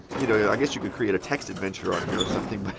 you know, i guess you could create a text adventure on here or something, but